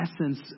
essence